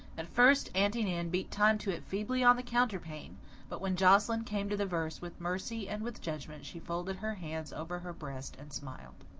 at first aunty nan beat time to it feebly on the counterpane but when joscelyn came to the verse, with mercy and with judgment, she folded her hands over her breast and smiled.